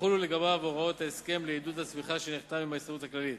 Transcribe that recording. יחולו לגביו הוראות ההסכם לעידוד הצמיחה שנחתם עם ההסתדרות הכללית.